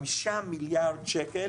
חמישה מיליארד שקל